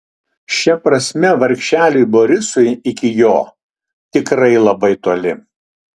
šia prasme vargšeliui borisui iki jo tikrai labai toli